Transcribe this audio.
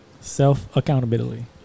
self-accountability